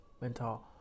mental